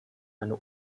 eine